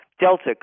Delta